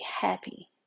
happy